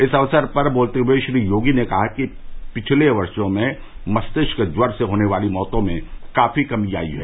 इस अक्सर पर बोलते हुए श्री योगी ने कहा कि पिछले वर्षो में मस्तिष्क ज्वर से होने वाली मौतों में काफी कमी आयी है